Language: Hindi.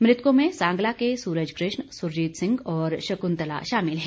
मृतकों में सांगला के सूरज कृष्ण सुरजीत सिंह और शंकुतला शामिल है